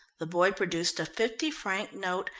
the boy produced a fifty-franc note,